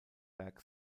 werk